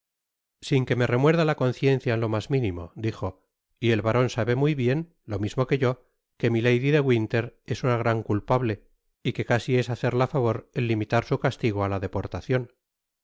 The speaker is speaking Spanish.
sin que me remuerda la conciencia en lo mas minimo dijo y el baron sabe muy bien lo mismo que yo que milady de winter es una gran culpable y que casi es hacerla favor el limitar su castigo á la deportacion